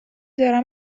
دارم